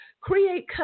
create